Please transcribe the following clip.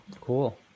Cool